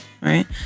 right